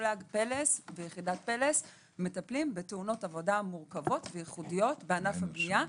מפלג פל"ס מטפלים בתאונות עבודה מורכבות וייחודיות בענף הבנייה.